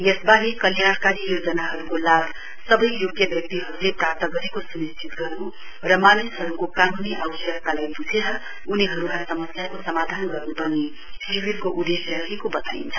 यसबाहेक कल्याणकारी योजनाहरूको लाभ सबै योग्य व्यतिहरूले प्राप्त गरेको स्निश्चित गर्न् र मानिसहरूको कानूनी आवश्यकतालाई ब्झेर उनीहरूका समस्याको समाधान गर्न् पनि शिविरको उदेश्य रहेको बताइन्छ